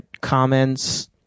comments